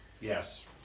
Yes